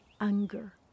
anger